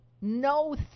No